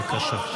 בבקשה.